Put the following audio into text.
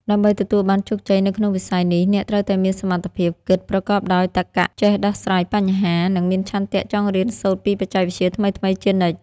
ដើម្បីទទួលបានជោគជ័យនៅក្នុងវិស័យនេះ អ្នកត្រូវតែមានសមត្ថភាពគិតប្រកបដោយតក្ក ចេះដោះស្រាយបញ្ហា និងមានឆន្ទៈចង់រៀនសូត្រពីបច្ចេកវិទ្យាថ្មីៗជានិច្ច។